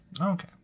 okay